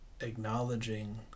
acknowledging